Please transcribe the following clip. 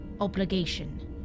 obligation